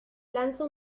lanza